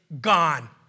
gone